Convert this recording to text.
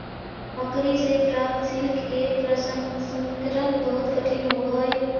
मकड़ि से प्राप्त सिल्क के प्रसंस्करण बहुत कठिन होवऽ हई